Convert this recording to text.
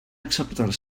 acceptar